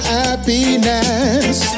happiness